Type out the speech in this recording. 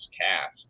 cast